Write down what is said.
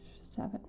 seven